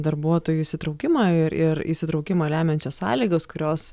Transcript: darbuotojų įsitraukimą ir ir įsitraukimą lemiančias sąlygas kurios